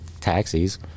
taxis